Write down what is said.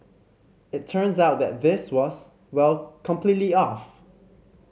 it turns out that this was well completely off